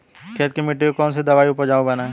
खेत की मिटी को कौन सी दवाई से उपजाऊ बनायें?